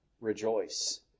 rejoice